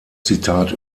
zitat